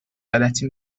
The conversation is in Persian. غلطی